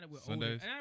Sundays